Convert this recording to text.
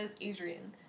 Adrian